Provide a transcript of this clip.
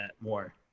more